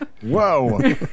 Whoa